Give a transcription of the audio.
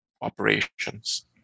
operations